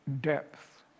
depth